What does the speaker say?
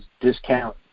discount